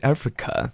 Africa